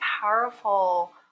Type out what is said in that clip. powerful